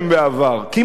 כמעט, כמעט.